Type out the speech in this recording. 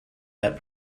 that